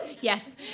Yes